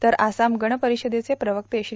तर आसाम गण परिषदेचे प्रवक्ते श्री